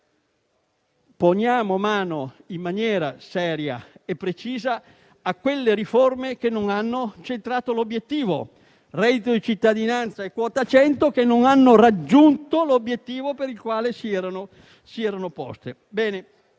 Poniamo mano in maniera seria e precisa a quelle riforme che non hanno centrato l'obiettivo: mi riferisco a reddito di cittadinanza e quota 100 che non hanno raggiunto l'obiettivo per il quale erano state